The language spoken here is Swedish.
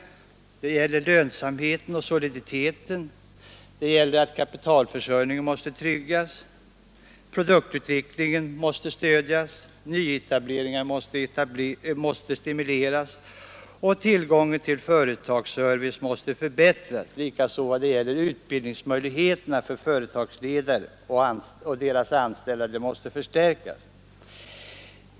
Lönsamheten och soliditeten måste förbättras, kapitalförsörjningen måste tryggas, produktutvecklingen måste stödjas, nyetableringar måste stimuleras, tillgången till företagsservice måste förbättras och utbildningsmöjligheterna för företagsledare och deras anställda måste förstärkas.